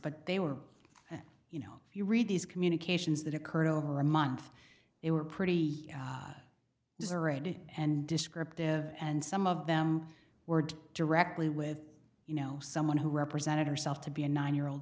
but they were you know if you read these communications that occurred over a month it were pretty deserted and descriptive and some of them were directly with you know someone who represented herself to be a nine year old